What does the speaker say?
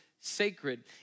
sacred